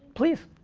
please.